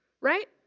right